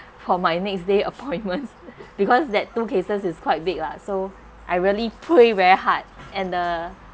for my next day appointment because that two cases is quite big lah so I really pray very hard and the